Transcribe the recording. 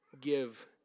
give